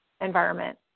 environment